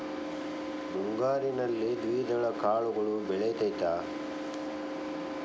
ಮುಂಗಾರಿನಲ್ಲಿ ದ್ವಿದಳ ಕಾಳುಗಳು ಬೆಳೆತೈತಾ?